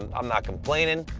and i'm not complaining.